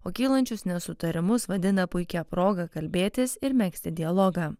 o kylančius nesutarimus vadina puikia proga kalbėtis ir megzti dialogą